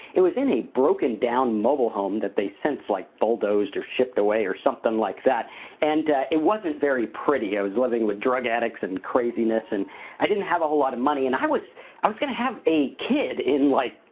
it was in a broken down mobile home that they since, like, bulldozed or shipped away or something like that and it wasn't very pretty. i was living with drug addicts and craziness and i didn't have a whole lot of money and i was i was gonna have a kid in, like,